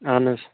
اَہن حظ